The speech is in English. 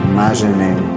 Imagining